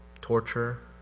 torture